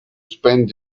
spend